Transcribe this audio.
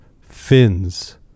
fins